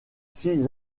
six